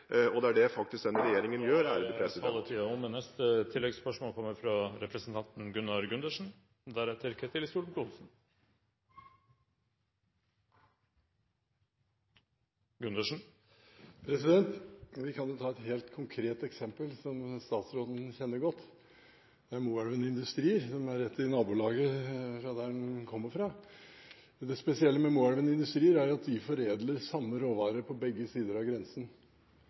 og det er det denne regjeringen faktisk gjør. Da er taletiden omme. Gunnar Gundersen – til oppfølgingsspørsmål. Vi kan ta et helt konkret eksempel som statsråden kjenner godt: Moelven Industrier, som er rett i nabolaget fra der han kommer fra. Det spesielle med Moelven Industrier er at de foredler samme råvarer på begge sider av grensen.